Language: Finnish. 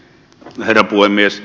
herra puhemies